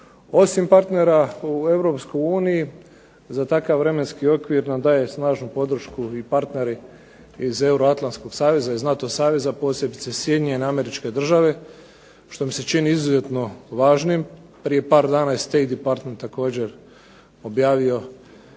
Osim partnera u Europskoj uniji za takav vremenski okvir nam daje snažnu podršku i partneri iz Euroatlantskog saveza, NATO saveza, posebice Sjedinjene Američke Države što mi se čini izuzetno važnim. Prije par dana je State Department također objavio